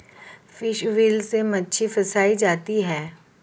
fish wheel से मछली फँसायी जाती है